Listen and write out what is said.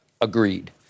Agreed